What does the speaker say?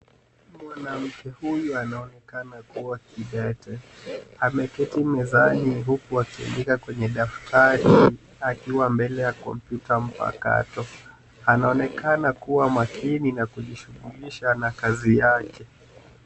Mwanamke huyu anaonekana kuwa kidete. Ameketi mezani huku akiandika kwenye daftari akiwa mbele ya kompyuta mpakato. Anaonekana kuwa makini na kujishughulisha na kazi yake.